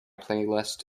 playlist